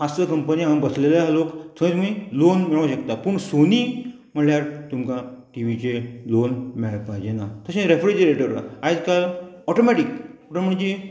पांच स कंपनी हांगा बसलेले आहा लोक थंय तुमी लॉन मेळोंक शकता पूण सोनी म्हणल्यार तुमकां टिवीचेर लॉन मेळपाचें ना तशें रेफ्रिजरेटर आयज काल ऑटोमॅटीक पूण म्हणजे